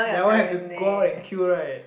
that one have to go out and queue right